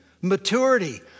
maturity